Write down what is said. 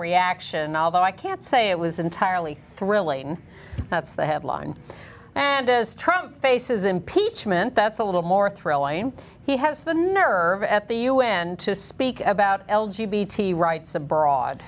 reaction although i can't say it was entirely thrilling that's the headline and trump faces impeachment that's a little more thrilling he has the nerve at the u n to speak about l g b t rights abroad